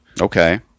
okay